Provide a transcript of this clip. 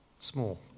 Small